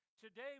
Today